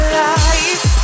life